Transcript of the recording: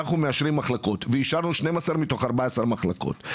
אנחנו מאשרים מחלקות ואישרנו 12 מתוך 14 מחלקות.